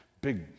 big